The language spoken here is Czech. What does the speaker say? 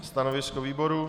Stanovisko výboru?